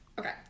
Okay